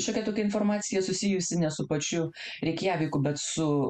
šiokia tokia informacija susijusi ne su pačiu reikjaviku bet su